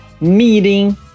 meeting